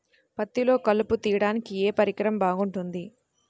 పత్తిలో కలుపు తీయడానికి ఏ పరికరం బాగుంటుంది?